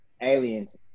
Aliens